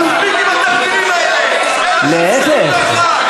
מספיק עם התרגילים האלה, להפך,